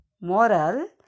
Moral